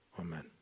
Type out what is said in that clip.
Amen